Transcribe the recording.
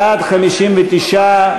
בעד, 59,